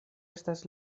estas